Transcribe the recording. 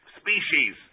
species